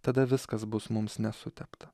tada viskas bus mums nesutepta